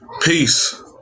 Peace